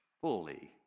fully